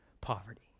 poverty